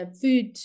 food